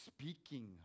speaking